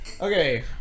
Okay